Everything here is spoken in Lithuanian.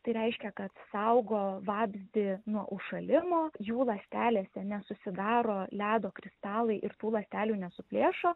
tai reiškia kad saugo vabzdį nuo užšalimo jų ląstelėse nesusidaro ledo kristalai ir tų ląstelių nesuplėšo